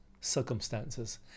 circumstances